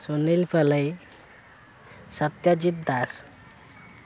Sunil Palei Satyajit Das